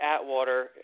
atwater